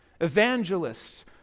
evangelists